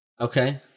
Okay